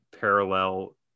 parallel